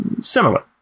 similar